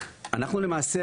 אנחנו למעשה,